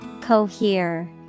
Cohere